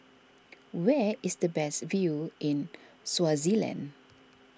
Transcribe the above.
where is the best view in Swaziland